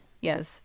Yes